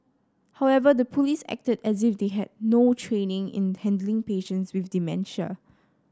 however the police acted as if they had no training in handling patients with dementia